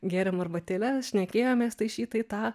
gėrėm arbatėles šnekėjomės tai šį tai tą